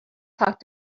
talk